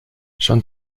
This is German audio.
schon